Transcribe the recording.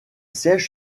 siège